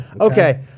Okay